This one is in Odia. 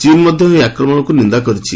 ଚୀନ ମଧ୍ୟ ଏହି ଆକ୍ରମଣକୁ ନିନ୍ଦା କରିଛି